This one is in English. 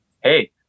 Hey